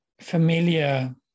familiar